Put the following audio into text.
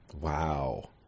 Wow